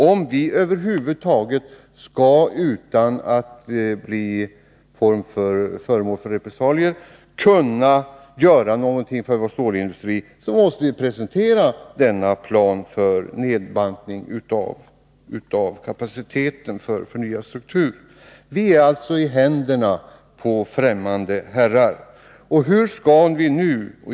Om vi över huvud taget — utan att bli föremål för repressalier — skall kunna göra någonting för vår stålindustri, måste vi presentera denna plan för nedbantning av kapaciteten och för förnyad struktur. Vi är alltså i händerna på främmande herrar.